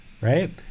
right